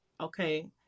Okay